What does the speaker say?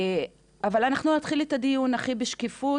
אבל אנחנו נתחיל את הדיון הכי בשקיפות,